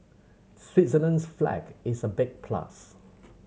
Switzerland's flag is a big plus